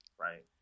Right